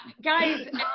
Guys